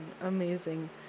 Amazing